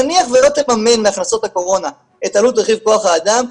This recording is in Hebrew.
נניח שלא תתמן מהכנסות הקורונה את עלות רכיב כוח האדם,